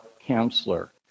counselor